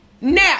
Now